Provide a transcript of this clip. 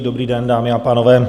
Dobrý den, dámy a pánové.